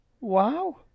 Wow